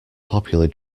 popular